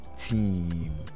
team